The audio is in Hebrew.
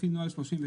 לפי נוהל 37,